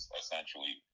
essentially